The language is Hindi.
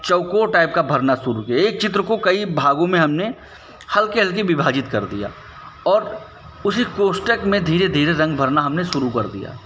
चौकोर टाइप का भरना शुरू किया एक चित्र को कई भागों में हमने हल्के हल्के विभाजित कर दिया और उसी कोष्ठक में रंग भरना हमने धीरे धीरे शुरू किया